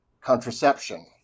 contraception